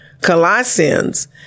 Colossians